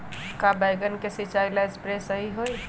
का बैगन के सिचाई ला सप्रे सही होई?